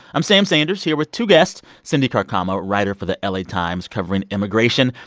i'm sam sanders here with two guests cindy carcamo, writer for the la times covering immigration,